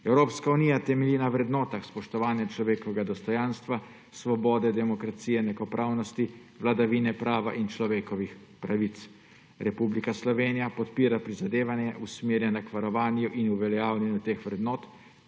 Evropska unija temelji na vrednotah spoštovanja človekovega dostojanstva, svobode, demokracije, enakopravnosti, vladavine prava in človekovih pravic. Republika Slovenija podpira prizadevanja, usmerjena k varovanju in uveljavljanju teh vrednot,